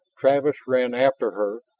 travis ran after her,